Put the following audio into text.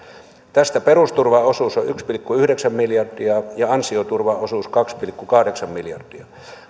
tästä perusturvan osuus on yksi pilkku yhdeksän miljardia ja ansioturvan osuus kaksi pilkku kahdeksan miljardia